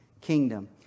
kingdom